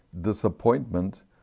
disappointment